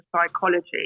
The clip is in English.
psychology